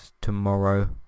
tomorrow